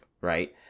right